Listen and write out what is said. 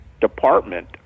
department